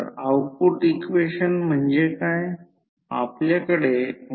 तर हे E2 आहे हे E1 आहे आणि हे V1 E1 आहे